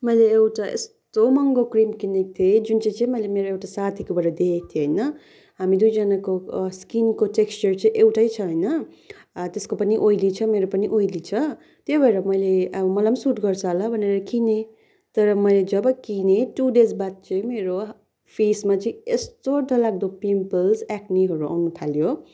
मैले एउटा यस्तो महँगो क्रिम किनेको थिएँ जुन चाहिँ चाहिँ मैले एउटा साथीकोबाट देखेको थिएँ होइन हामी दुईजनाको स्किनको टेक्सचर चाहिँ एउटै छ होइन त्यसको पनि ओइली छ मेरो पनि ओइली छ त्यही भएर मैले मलाई पनि सुट गर्छ भनेर किनेँ तर जब मैले किने टू डेज बाद चाहिँ मेरो फेसमा चाहिँ यस्तो डरलाग्दो पिम्पल्स एक्नीहरू आउन थाल्यो